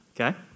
Okay